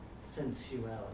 sensuality